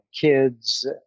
kids